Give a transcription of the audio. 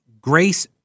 Grace